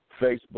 Facebook